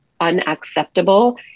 unacceptable